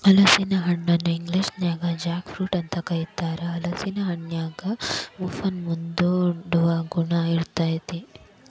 ಹಲಸಿನ ಹಣ್ಣನ ಇಂಗ್ಲೇಷನ್ಯಾಗ ಜಾಕ್ ಫ್ರೂಟ್ ಅಂತ ಕರೇತಾರ, ಹಲೇಸಿನ ಹಣ್ಣಿನ್ಯಾಗ ಮುಪ್ಪನ್ನ ಮುಂದೂಡುವ ಗುಣ ಇರ್ತೇತಿ